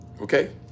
Okay